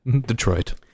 Detroit